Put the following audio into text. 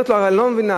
אומרת לו: אני לא מבינה,